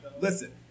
Listen